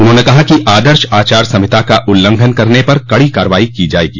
उन्होंने कहा कि आदर्श आचार संहिता का उलंघन करने पर कड़ी कार्रवाई की जायेगी